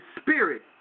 spirit